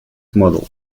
model